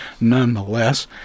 nonetheless